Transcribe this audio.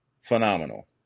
phenomenal